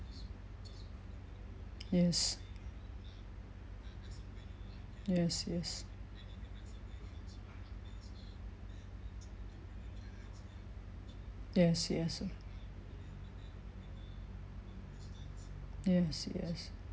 yes yes yes yes yes yes yes